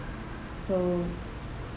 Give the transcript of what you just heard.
so